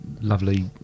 lovely